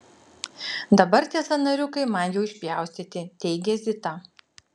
dabar tie sąnariukai man jau išpjaustyti teigia zita